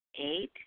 Eight